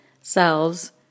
selves